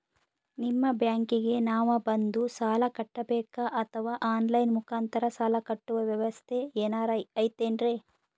ನಿಮ್ಮ ಬ್ಯಾಂಕಿಗೆ ನಾವ ಬಂದು ಸಾಲ ಕಟ್ಟಬೇಕಾ ಅಥವಾ ಆನ್ ಲೈನ್ ಮುಖಾಂತರ ಸಾಲ ಕಟ್ಟುವ ವ್ಯೆವಸ್ಥೆ ಏನಾರ ಐತೇನ್ರಿ?